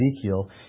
Ezekiel